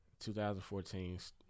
2014